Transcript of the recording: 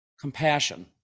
compassion